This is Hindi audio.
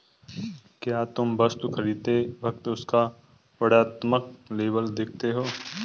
क्या तुम वस्तु खरीदते वक्त उसका वर्णात्मक लेबल देखते हो?